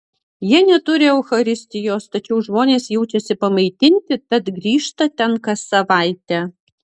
jie neturi eucharistijos tačiau žmonės jaučiasi pamaitinti tad grįžta ten kas savaitę